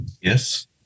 Yes